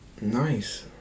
Nice